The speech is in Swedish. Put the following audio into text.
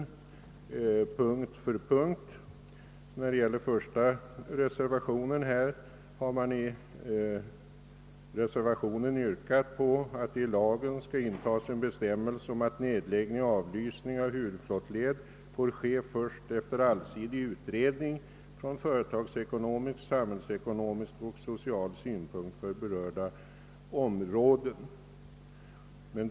I den första reservationen yrkas att det i lagen skall intas en bestämmelse om att nedläggning och avlysning av huvudflottled får ske först efter allsidig utredning från företagsekonomisk, samhällsekonomisk och social synpunkt för berörda områden.